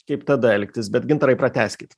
kaip tada elgtis bet gintarai pratęskit